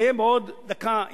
אסיים בעוד דקה,